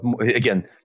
again